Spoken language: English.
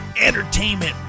entertainment